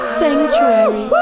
sanctuary